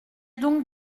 donc